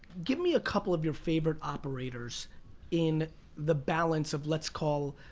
give me a couple of your favorite operators in the balance of let's call,